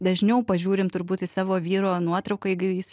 dažniau pažiūrim turbūt į savo vyro nuotrauką jeigu jis